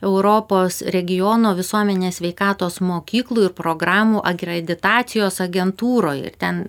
europos regiono visuomenės sveikatos mokyklų programų akreditacijos agentūroj ir ten